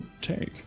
take